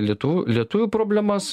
lietuv lietuvių problemas